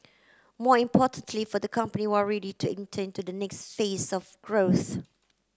more importantly for the company we are ready to enter into the next phase of growth